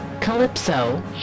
Calypso